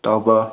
ꯇꯥꯕ